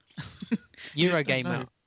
Eurogamer